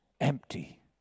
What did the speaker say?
empty